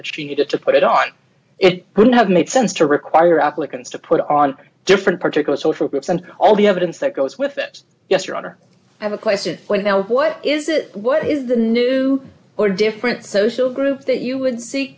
that she needed to put it on it would have made sense to require applicants to put on different particular social groups and all the evidence that goes with it yes your honor i have a question for now what is it what is the new or different social group that you would seek